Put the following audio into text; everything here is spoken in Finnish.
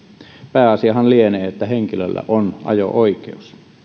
pääasiahan lienee että henkilöllä on ajo oikeus